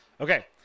Okay